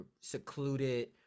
secluded